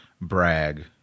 brag